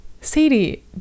Sadie